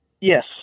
Yes